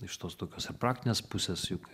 iš tos tokios ir praktinės pusės juk